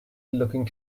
looking